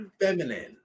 feminine